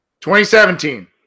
2017